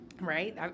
Right